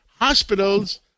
hospitals